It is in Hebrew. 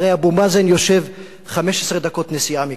הרי אבו מאזן יושב 15 דקות נסיעה מכאן.